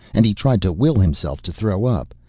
and he tried to will himself to throw up,